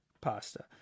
pasta